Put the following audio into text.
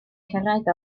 cyrraedd